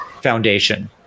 foundation